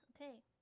Okay